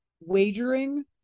wagering